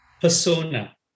persona